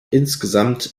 insgesamt